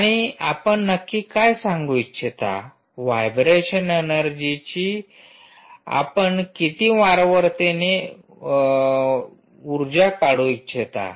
आणि आपण नक्की काय सांगू इच्छिता व्हायब्रेशन ऐनर्जी आपण किती वारंवारतेने उर्जा काढू इच्छिता